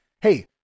hey